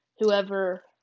whoever